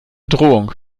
drohung